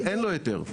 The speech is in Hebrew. אין לו יותר.